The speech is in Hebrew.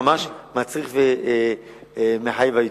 הייתי אומר שזה משרד שממש מצריך ומחייב.